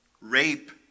rape